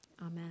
Amen